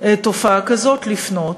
תופעה כזאת, לפנות.